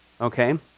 okay